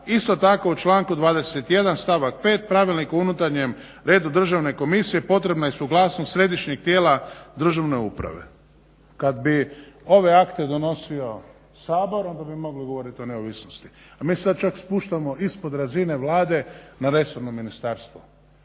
isto tako u članku 21.stavak 5. Pravilnik o unutarnjem redu državne komisije potrebna je suglasnost središnjeg tijela državne uprave. Kada bi ove akte donosio Sabor onda bi mogli govoriti o neovisnosti, a mi sada čak spuštamo ispod razine Vlade na resorno ministarstvo.